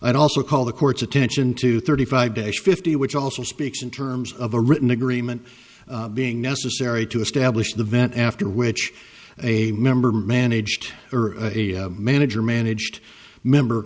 i also call the court's attention to thirty five days fifty which also speaks in terms of a written agreement being necessary to establish the vent after which a member managed or a manager managed member